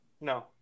No